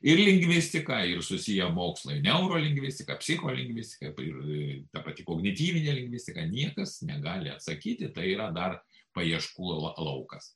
ir lingvistika ir susiję mokslai neurolingvistika psicholingvistika ir ta pati kognityvinė lingvistika niekas negali atsakyti tai yra dar paieškų laukas